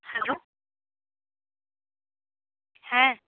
hello ᱦᱮᱸ